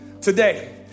today